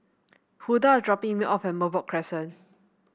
Hulda dropping me off at Merbok Crescent